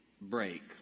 break